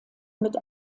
mit